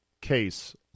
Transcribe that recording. case